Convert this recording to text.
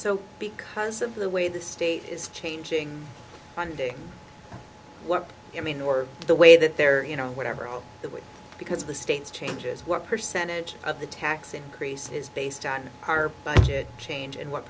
so because of the way the state is changing funding what i mean or the way that they're you know whatever that was because of the states changes what percentage of the tax increase is based on our budget change and what